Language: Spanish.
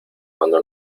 cuando